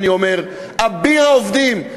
אני אומר: אביר העובדים,